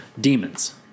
demons